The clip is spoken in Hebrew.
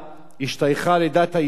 השתייכה לדת האסלאם,